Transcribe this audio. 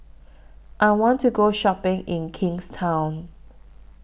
I want to Go Shopping in Kingstown